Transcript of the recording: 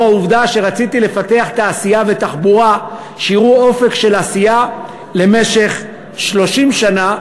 העובדה שרציתי לפתח תעשייה ותחבורה שיראו אופק של עשייה למשך 30 שנה,